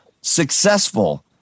successful